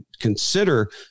consider